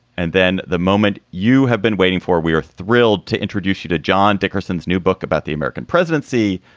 and then the moment you have been waiting for, we are thrilled to introduce you to john dickerson's new book about the american presidency,